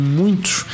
muitos